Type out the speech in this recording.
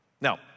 Now